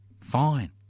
Fine